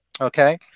okay